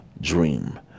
dream